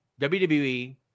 WWE